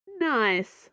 nice